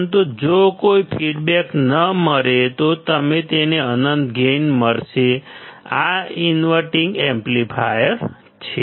પરંતુ જો કોઈ ફીડબેક ન મળે તો તમને અનંત ગેઇન મળશે આ ઇન્વર્ટીંગ એમ્પ્લીફાયર છે